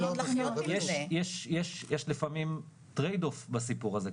יש לפעמים טרייד אוף בסיפור הזה,